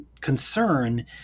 concern